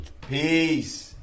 Peace